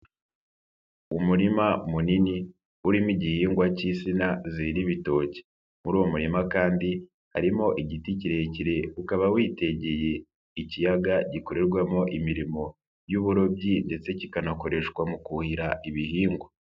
Umurima munini urimo igihingwa cy'insina zera ibitoke, muri uwo murima kandi harimo igiti kirekire ukaba witegeye ikiyaga gikorerwamo imirimo y'uburobyi ndetse kikanakoreshwa mu kuhira ibihingwa.